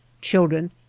children